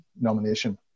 nomination